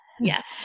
Yes